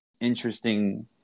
interesting